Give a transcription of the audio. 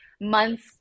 months